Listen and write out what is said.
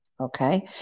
okay